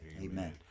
Amen